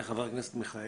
רז,